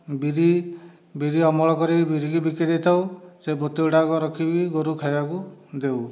ବିରି ବିରି ଅମଳ କରି ବିରିକି ବିକି ଦେଇଥାଉ ସେ ବୁତ୍ତୀ ଗୁଡ଼ାକ ରଖି ଗୋରୁଙ୍କୁ ଖାଇବାକୁ ଦଉ